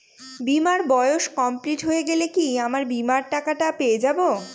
বীমার বয়স কমপ্লিট হয়ে গেলে কি আমার বীমার টাকা টা পেয়ে যাবো?